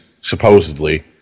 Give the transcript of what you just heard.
supposedly